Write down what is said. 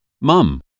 Mum